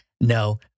no